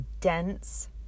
dense